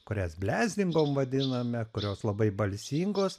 kurias blezdingom vadiname kurios labai balsingos